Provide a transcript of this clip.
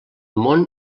món